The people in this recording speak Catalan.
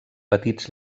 petits